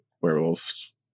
werewolves